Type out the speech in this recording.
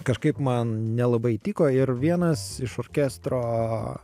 kažkaip man nelabai tiko ir vienas iš orkestro